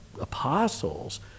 apostles